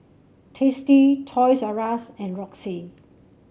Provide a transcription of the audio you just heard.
Tasty Toys R Us and Roxy